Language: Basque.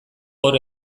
hor